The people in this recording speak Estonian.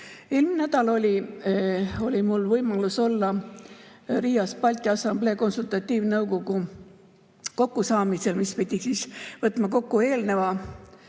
nädal oli mul võimalus olla Riias Balti Assamblee konsultatiivnõukogu kokkusaamisel, mis pidi võtma kokku eelneva,